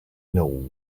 know